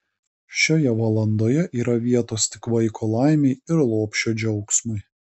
šioje valandoje yra vietos tik vaiko laimei ir lopšio džiaugsmui